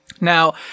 Now